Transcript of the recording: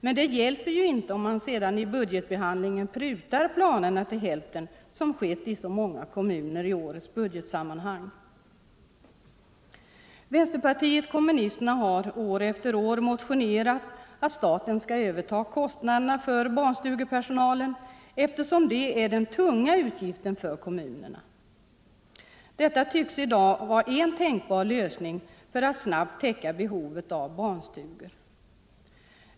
Men det hjälper ju inte om man sedan i budgetbehandlingen prutar planerna till hälften som skett i många kommuner i årets budgetsammanhang. Vänsterpartiet kommunisterna har år efter år motionerat om att staten skall överta kostnaden för barnstugepersonalen, eftersom det är den tunga utgiften för kommunerna. Detta tycks i dag vara en tänkbar lösning för att snabbt täcka behovet av barnstugor.